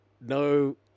no